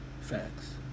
Facts